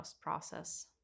process